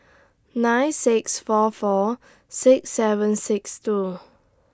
nine six four four six seven six two